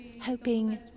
hoping